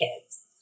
kids